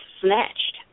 snatched